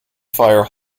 fire